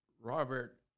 Robert